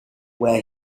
where